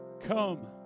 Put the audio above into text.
Come